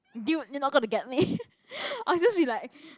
dude you not gonna get me I'll just be like